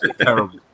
terrible